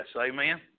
Amen